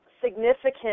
significant